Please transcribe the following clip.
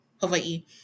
Hawaii